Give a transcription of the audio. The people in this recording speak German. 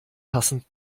passend